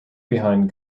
behind